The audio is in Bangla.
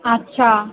আচ্ছা